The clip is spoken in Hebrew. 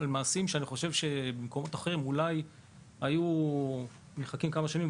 מעשים שאולי במקומות אחרים היו מחכים כמה שנים,